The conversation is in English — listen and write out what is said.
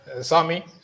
Sami